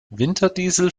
winterdiesel